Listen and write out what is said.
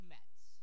Mets